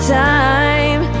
time